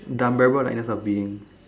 the-unbearable-lightness-of-being